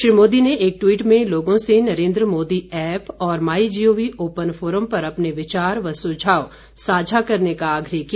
श्री मोदी ने एक टवीट में लोगों से नरेन्द्र मोदी ऐप और my G O V open forum पर अपने विचार और सुझाव साझा करने का आग्रह किया